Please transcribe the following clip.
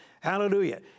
Hallelujah